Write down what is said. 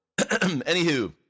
Anywho